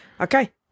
okay